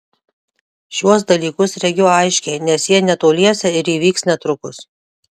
šiuos dalykus regiu aiškiai nes jie netoliese ir įvyks netrukus